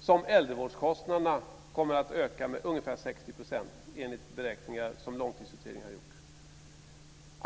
som äldrevårdskostnaderna kommer att öka med ungefär 60 %, enligt beräkningar som Långtidsutredningen har gjort.